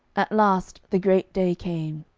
at last the great day came.